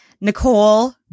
Nicole